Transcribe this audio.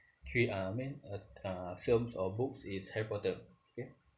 theme I mean uh uh films or books is harry potter okay